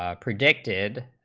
ah predicted,